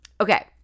okay